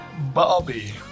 Bobby